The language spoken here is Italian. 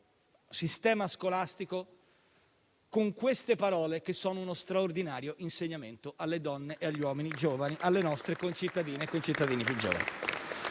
sistema scolastico, con queste parole, che sono uno straordinario insegnamento alle donne e agli uomini giovani, alle nostre concittadine e concittadini più giovani